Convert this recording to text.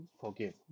forgive